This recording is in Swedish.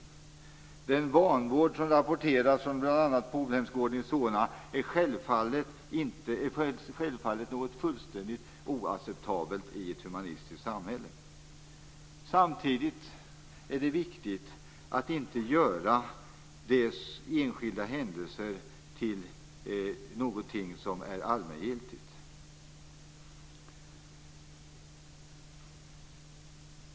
Den vanvård som rapporterats från bl.a. Polhemsgården i Solna är självfallet något fullständigt oacceptabelt i ett humanistiskt samhälle. Samtidigt är det viktigt att inte göra enskilda händelser till något allmängiltigt.